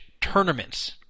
tournaments